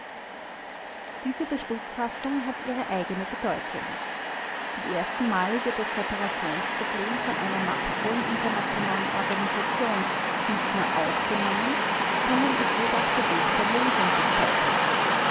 diese beschlußfassung hat ihre eigene bedeutung zum ersten male wird das reparationsproblem von einer machtvollen internationalen organisation nicht nur aufgenommen sondern es wird auch ein weg der lösung bezeichnet